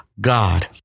God